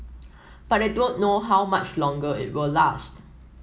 but I don't know how much longer it will last